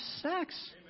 sex